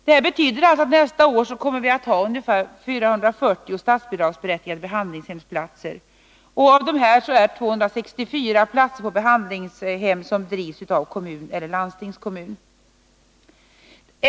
Detta betyder att vi nästa år kommer att ha ungefär 440 statsbidragsberättigade behandlingshemsplatser. Och av dem är det 264 som drivs av kommun eller landstingskommun.